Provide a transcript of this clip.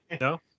no